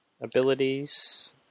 abilities